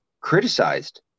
criticized